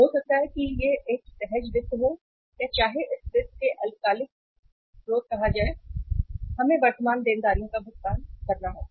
हो सकता है कि यह एक सहज वित्त हो या चाहे इसे वित्त के अल्पकालिक स्रोत कहा जाए हमें वर्तमान देनदारियों का भुगतान करना होगा